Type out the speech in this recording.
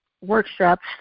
workshops